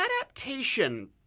adaptation